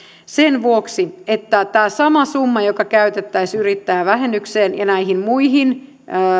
sen vuoksi että tällä samalla rahalla joka käytettäisiin yrittäjävähennykseen ja näihin muihin